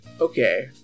Okay